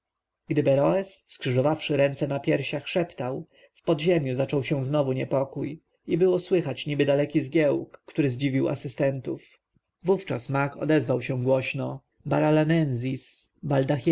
gdy beroes skrzyżowawszy ręce na piersiach szeptał w podziemiu zaczął się znowu niepokój i było słychać niby daleki zgiełk który zdziwił asystentów wówczas mag odezwał się głośno baralanensis baldachiensis